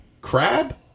crab